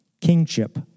Kingship